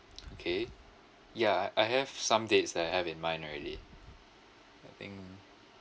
okay ya I I have some dates that I have in mind already I think